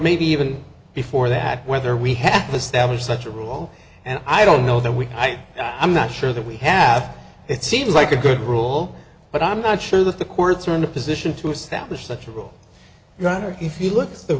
maybe even before that whether we have established such a rule and i don't know that we can i am not sure that we have it seems like a good rule but i'm not sure that the courts are in a position to establish such a rule right or if you look